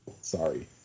sorry